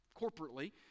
corporately